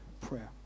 prayer